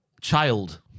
child